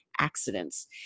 Accidents